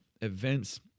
events